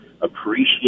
appreciate